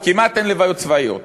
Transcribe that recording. או כמעט אין לוויות צבאיות.